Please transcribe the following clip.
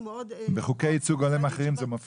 זה מופיע בחוקי ייצוג הולם אחרים?